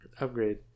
upgrade